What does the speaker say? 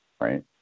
Right